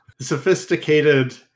sophisticated